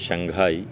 Shanghai